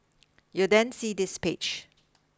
you'll then see this page